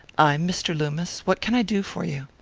i'm mr. loomis. what can i do for you?